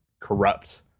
corrupt